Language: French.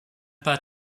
pas